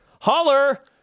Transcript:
Holler